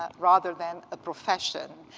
ah rather than a profession.